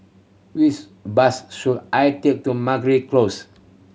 which bus should I take to Meragi Close